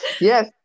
yes